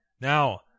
Now